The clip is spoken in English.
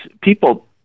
People